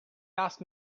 asked